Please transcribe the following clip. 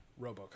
Robocop